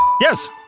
Yes